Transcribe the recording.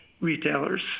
retailers